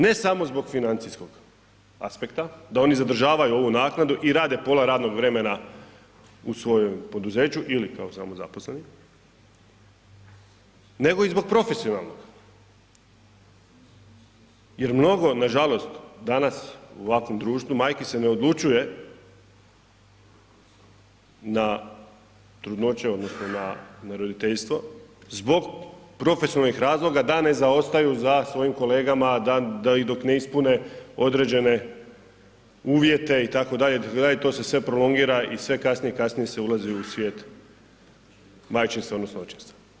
Ne samo zbog financijskog aspekta, da oni zadržavaju ovu naknadu i rade pola radnog vremena u svojem poduzeću ili kao samozaposleni, nego i zbog profesionalnog jer mnogo nažalost danas u ovakvom društvu majki se ne odlučuje na trudnoće odnosno na roditeljstvo zbog profesionalnih razloga da ne zaostaju za svojim kolega da, dok ne ispune određene uvjete itd., itd. i to se sve prolongira i sve kasnije i kasnije se ulazi u svijet majčinstva odnosno očinstva.